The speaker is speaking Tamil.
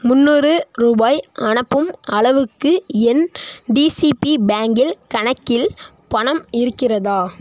முந்நூறு ரூபாய் அனுப்பும் அளவுக்கு என் டிசிபி பேங்கில் கணக்கில் பணம் இருக்கிறதா